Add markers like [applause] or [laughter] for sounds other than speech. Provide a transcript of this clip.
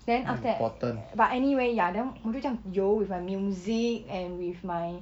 then after that [noise] but anyway ya then 我就这样游 with my music and with my